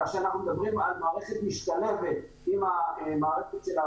כאשר אנחנו מדברים על מערכת משתלבת עם המערכת שלה